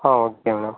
ah okay ma'am